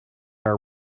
our